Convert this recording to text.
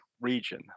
region